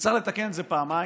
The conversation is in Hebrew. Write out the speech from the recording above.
וצריך לתקן את זה פעמיים,